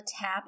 tap